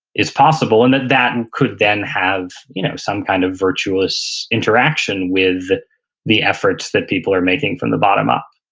is possible, and that that and could then have you know some kind of virtuous interaction with the efforts that people are making from the bottom up.